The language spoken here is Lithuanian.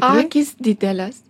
akys didelės